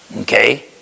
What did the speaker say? Okay